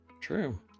True